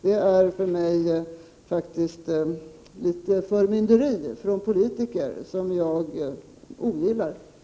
Det är för mig faktiskt litet av förmynderi från politiker, vilket jag ogillar.